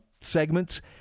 segments